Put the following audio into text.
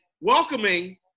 welcoming